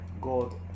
god